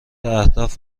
اهداف